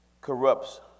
corrupts